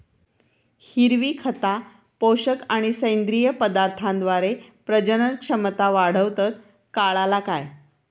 हिरवी खता, पोषक आणि सेंद्रिय पदार्थांद्वारे प्रजनन क्षमता वाढवतत, काळाला काय?